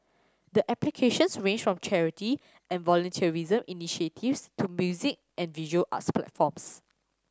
the applications ranged from charity and volunteerism initiatives to music and visual arts platforms